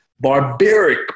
barbaric